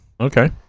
Okay